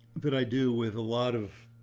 that i do with a lot of,